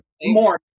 more